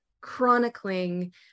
chronicling